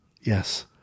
Yes